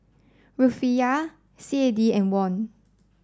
Rufiyaa C A D and Won